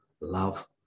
love